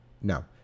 no